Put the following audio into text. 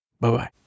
Bye-bye